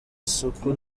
soko